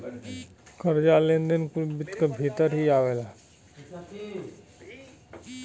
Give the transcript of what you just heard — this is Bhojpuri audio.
कर्जा, लेन देन कुल वित्त क भीतर ही आवला